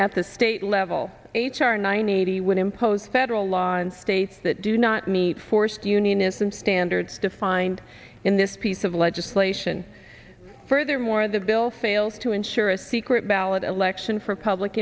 at the state level h r nine hundred eighty would impose federal law states that do not meet forced unionism standards defined in this piece of legislation furthermore the bill fails to ensure a secret ballot election for public